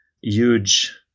huge